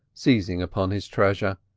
seizing upon his treasure.